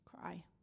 Cry